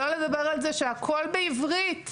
לא לדבר על זה שהכול בעברית,